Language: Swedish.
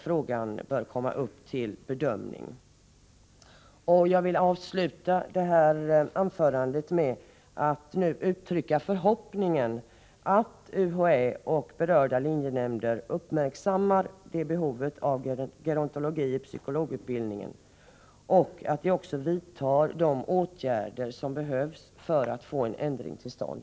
Jag vill avsluta mitt anförande med att uttrycka förhoppningen att UHÄ och berörda linjenämnder uppmärksammar behovet av gerontologi i psykologutbildningen och även vidtar de åtgärder som krävs för att få en ändring till stånd.